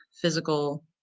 physical